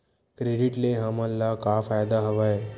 Credit ले हमन ला का फ़ायदा हवय?